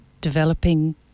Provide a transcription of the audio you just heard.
developing